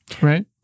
right